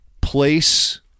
place